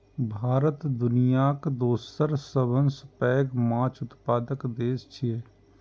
भारत दुनियाक दोसर सबसं पैघ माछ उत्पादक देश छियै